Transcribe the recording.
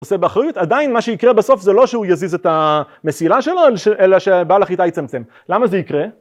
עושה באחריות עדיין מה שיקרה בסוף זה לא שהוא יזיז את המסילה שלו אלא שבעל החיטה יצמצם. למה זה יקרה?